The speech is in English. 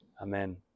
Amen